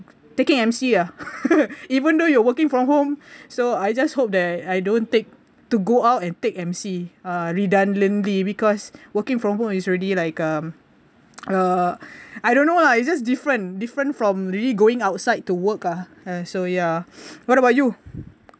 taking M_C ah even though you are working from home so I just hope that I don't take to go out and take M_C uh redundantly because working from home is already like um uh I don't know lah it's just different different from really going outside to work ah uh so ya what about you